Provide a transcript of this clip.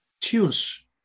tunes